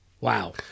wow